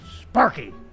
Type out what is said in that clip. Sparky